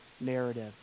narrative